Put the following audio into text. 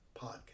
podcast